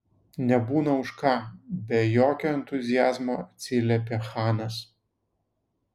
nebūna už ką be jokio entuziazmo atsiliepė chanas